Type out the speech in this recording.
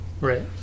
Right